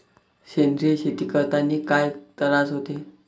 सेंद्रिय शेती करतांनी काय तरास होते?